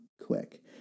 quick